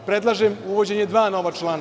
Predlažem uvođenje dva nova člana.